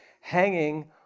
hanging